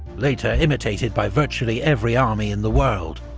later imitated by virtually every army in the world.